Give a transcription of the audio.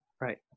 right